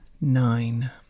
Nine